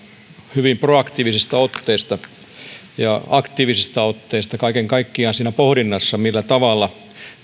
hyvin proaktiivisesta otteesta ja aktiivisesta otteesta kaiken kaikkiaan siinä pohdinnassa millä tavalla